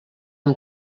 amb